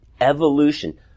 evolution